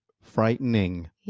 frightening